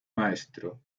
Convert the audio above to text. maestro